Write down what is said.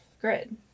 grid